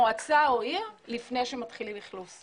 מועצה או עיר לפני שמתחילים אכלוס.